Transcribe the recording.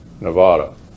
Nevada